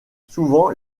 souvent